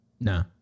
no